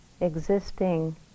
existing